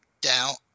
doubt